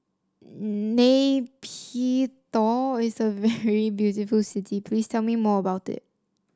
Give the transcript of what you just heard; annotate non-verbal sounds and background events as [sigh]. [hesitation] Nay Pyi Taw is a very beautiful city please tell me more about it